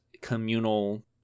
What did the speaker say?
communal